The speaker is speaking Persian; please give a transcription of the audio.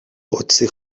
قدسی